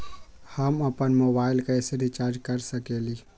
हम अपन मोबाइल कैसे रिचार्ज कर सकेली?